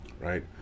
Right